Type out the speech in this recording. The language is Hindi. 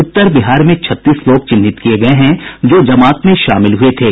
उत्तर बिहार में छत्तीस लोग चिन्हित किये गये हैं जो जमात में शामिल हुये थे